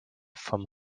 from